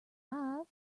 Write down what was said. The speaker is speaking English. alive